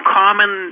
common